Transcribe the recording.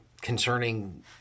concerning